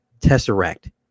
Tesseract